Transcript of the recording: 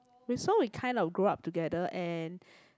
we so we kind of grew up together and